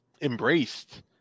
embraced